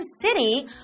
City